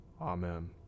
Amen